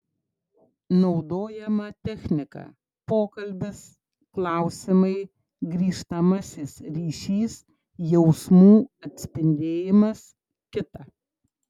naudojama technika pokalbis klausimai grįžtamasis ryšys jausmų atspindėjimas kita